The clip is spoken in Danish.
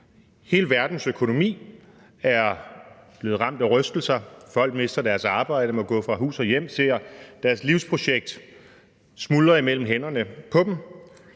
Hele verdens økonomi er blevet ramt af rystelser. Folk mister deres arbejde og må gå fra hus og hjem, ser deres livsprojekt smuldre imellem hænderne på dem.